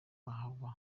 ahava